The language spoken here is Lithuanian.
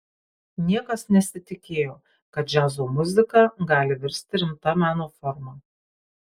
niekas nesitikėjo kad džiazo muzika gali virsti rimta meno forma